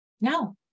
No